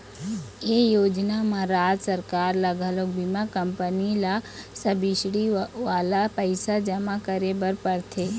ए योजना म राज सरकार ल घलोक बीमा कंपनी ल सब्सिडी वाला पइसा जमा करे बर परथे